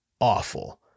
awful